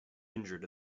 injured